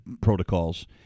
protocols